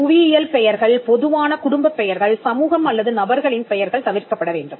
புவியியல் பெயர்கள் பொதுவான குடும்பப் பெயர்கள் சமூகம் அல்லது நபர்களின் பெயர்கள் தவிர்க்கப்படவேண்டும்